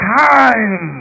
time